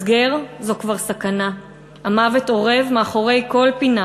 הסגר / זו כבר סכנה / המוות אורב / מאחורי כל פינה